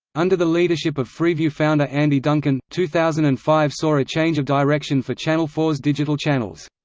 under the leadership of freeview founder andy duncan, two thousand and five saw a change of direction for channel four s digital channels.